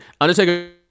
Undertaker